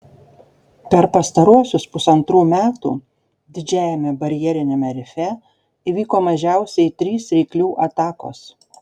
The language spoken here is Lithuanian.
per pastaruosius pusantrų metų didžiajame barjeriniame rife įvyko mažiausiai trys ryklių atakos